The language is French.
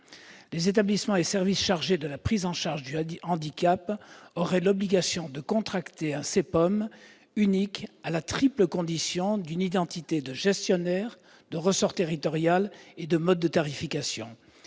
Les établissements et services chargés de la prise en charge du handicap auraient l'obligation de contracter un CPOM unique à la triple condition d'une identité de gestionnaire, de ressort territorial et de mode de tarification.